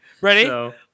ready